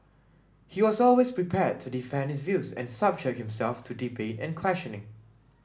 he was always prepared to defend his views and subject himself to debate and questioning